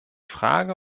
frage